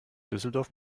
düsseldorf